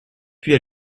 puis